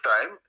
time